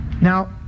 Now